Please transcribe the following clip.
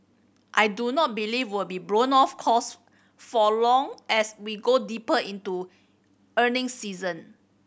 I do not believe will be blown off course for long as we go deeper into earnings season